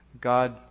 God